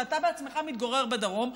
ואתה בעצמך מתגורר בדרום,